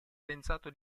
pensato